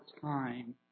time